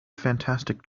fantastic